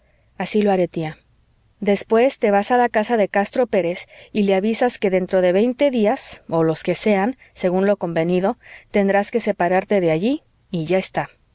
así lo haré tía después te vas a la casa de castro pérez y le avisas que dentro de veinte días o los que sean según lo convenido tendrás que separarte de allí y ya está